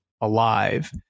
alive